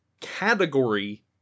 category